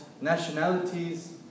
nationalities